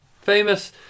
Famous